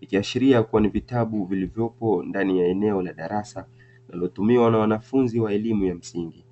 Ikiashiria kuwa ni vitabu vilivyopo ndani ya eneo la darasa, linalotumiwa na wanafunzi wa elimu ya msingi.